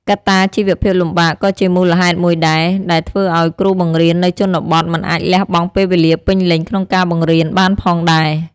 កត្តាជីវភាពលំបាកក៏ជាមូលហេតុមួយដែរ ដែលធ្វើឲ្យគ្រូបង្រៀននៅជនបទមិនអាចលះបង់ពេលវេលាពេញលេញក្នុងការបង្រៀនបានផងដែរ។